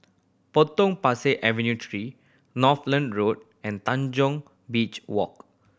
Potong Pasir Avenue Three Northolt Road and Tanjong Beach Walk